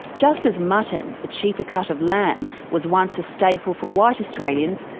just as mutton, a cheaper cut of lamb, was once a staple for white australians,